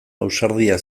ausardia